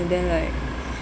then like